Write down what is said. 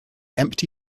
empty